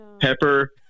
Pepper